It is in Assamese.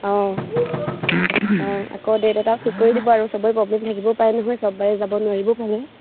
অঁ অঁ আকৌ ডেট এটা ঠিক কৰি দিব আৰু সবেই প্ৰব্লেম থাকিব পাই নহয় চব বাৰে যাব নোৱাৰিবও পাৰে